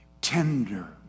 tender